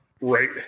Right